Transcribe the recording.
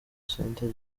center